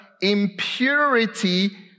impurity